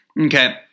Okay